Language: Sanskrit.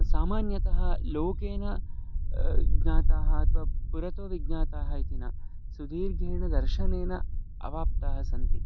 सामान्यतः लोकेन ज्ञाताः अथवा पुरतः विज्ञाताः इति न सुदीर्घेण दर्शनेन अवाप्ताः सन्ति